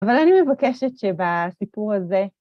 אבל אני מבקשת שבסיפור הזה...